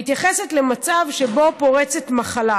מתייחסת למצב שבו פורצת מחלה,